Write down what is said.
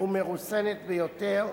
ומרוסנת ביותר,